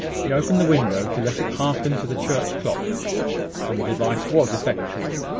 she opened the window to let it hearken to the church clock and the device was effectual.